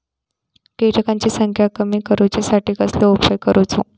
किटकांची संख्या कमी करुच्यासाठी कसलो उपाय करूचो?